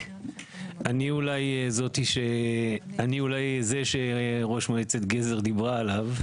אני אולי זה שראש מועצת גזר דיברה עליו,